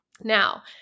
Now